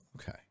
okay